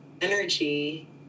energy